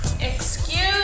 excuse